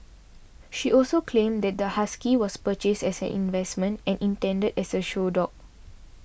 she also claimed that the husky was purchased as an investment and intended as a show dog